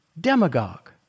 demagogue